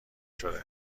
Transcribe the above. شده